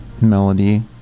melody